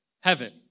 heaven